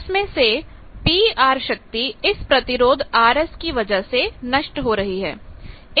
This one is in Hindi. उसमें से PR शक्ति इस प्रतिरोध Rs की वजह से नष्ट हो रही है